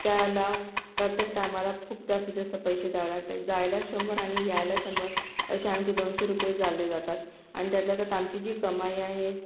त्याला प्रत्येक टायमाला खूप जास्तीत जास्त पैसे द्यावं लागते जायला शंभर आणि यायला शंभर असे आमचे दोनशे रुपये चालले जातात अन् त्यातल्या त्यात आमची जी कमाई आहे